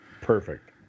perfect